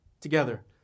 together